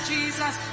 Jesus